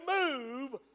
move